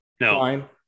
No